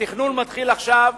התכנון מתחיל עכשיו,